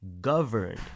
governed